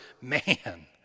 man